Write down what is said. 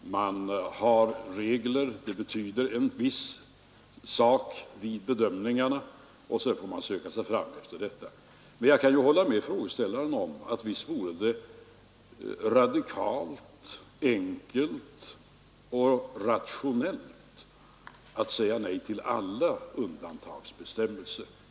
Man har regler som betyder en viss sak vid bedömningarna, och sedan får man söka sig fram med ledning därav. Men jag kan hålla med frågeställaren om att visst vore det radikalt enkelt och rationellt att säga nej till alla undantagsbestämmelser.